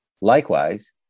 Likewise